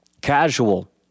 Casual